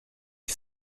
est